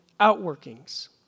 outworkings